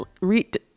read